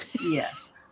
Yes